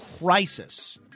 crisis